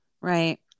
right